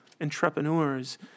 entrepreneurs –